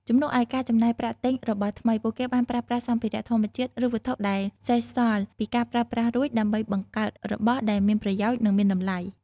ជំនួសឲ្យការចំណាយប្រាក់ទិញរបស់ថ្មី ពួកគេបានប្រើប្រាស់សម្ភារៈធម្មជាតិ ឬវត្ថុដែលសេសសល់ពីការប្រើប្រាស់រួច ដើម្បីបង្កើតរបស់ដែលមានប្រយោជន៍ និងមានតម្លៃ។